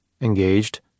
Engaged